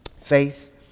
Faith